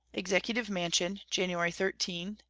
executive mansion, january thirteen,